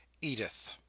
Edith